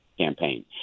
Campaign